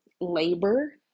labor